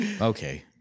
Okay